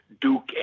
Duke